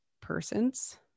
persons